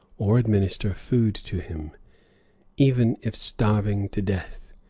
or administer food to him even if starving to death